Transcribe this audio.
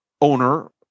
owner